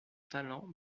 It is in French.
talent